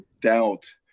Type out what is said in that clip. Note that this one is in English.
doubt